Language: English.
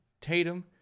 Tatum